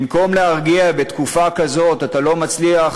במקום להרגיע בתקופה כזאת, אתה לא מצליח